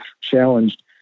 challenged